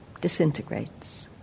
disintegrates